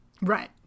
Right